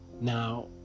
Now